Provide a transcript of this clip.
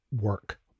work